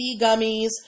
gummies